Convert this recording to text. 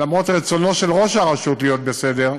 למרות רצונו של ראש הרשות להיות בסדר,